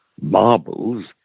Marbles